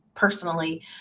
personally